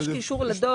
יש קישור לדוח.